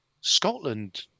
Scotland